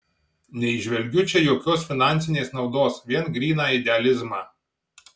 neįžvelgiu čia jokios finansinės naudos vien gryną idealizmą